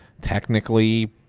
technically